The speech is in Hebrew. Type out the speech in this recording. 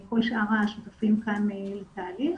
וכל שאר השותפים כאן לתהליך.